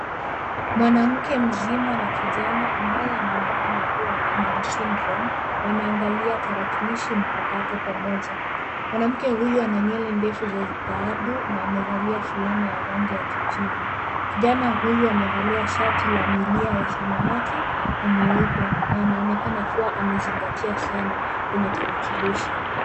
Mwanamke mzima na kijana ambaye anaonekana kuwa ana down syndrome wanaangalia tarakilishi mpakato pamoja. Mwanamke huyu ana nywele ndefu za dhahabu na amevalia fulana ya rangi ya kijivu. Kijana huyu amevalia shati la milia ya samawati na nyeupe na anaonekana kuwa amezingatia sana kwenye tarakilishi.